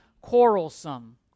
quarrelsome